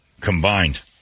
combined